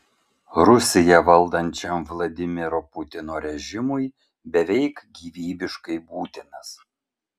rusiją valdančiam vladimiro putino režimui beveik gyvybiškai būtinas